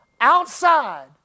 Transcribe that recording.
outside